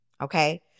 Okay